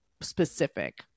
specific